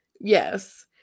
yes